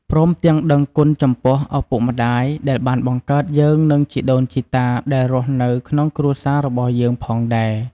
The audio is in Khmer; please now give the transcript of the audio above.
ព្រមទាំងដឹងគុណចំពោះឪពុកម្តាយដែលបានបង្កើតយើងនិងជីដូនជីតាដែលរស់នៅក្នុងគ្រួសាររបស់យើងផងដែរ។